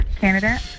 candidate